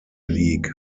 league